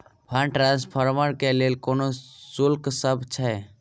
Fund transfer केँ लेल कोनो शुल्कसभ छै?